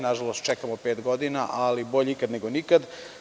Nažalost, čekamo pet godina, ali bolje ikad nego nikad.